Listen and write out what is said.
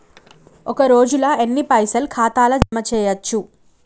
ఒక రోజుల ఎన్ని పైసల్ ఖాతా ల జమ చేయచ్చు?